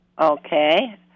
Okay